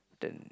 then